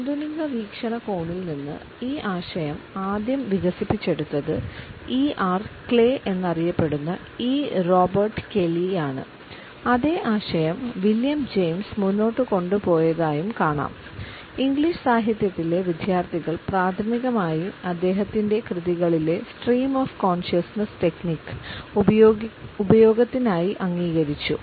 ആധുനിക വീക്ഷണകോണിൽ നിന്ന് ഈ ആശയം ആദ്യം വികസിപ്പിച്ചെടുത്തത് ഇ ആർ ക്ലേ ഉപയോഗത്തിനായി അംഗീകരിച്ചു